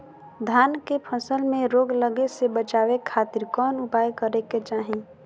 धान के फसल में रोग लगे से बचावे खातिर कौन उपाय करे के चाही?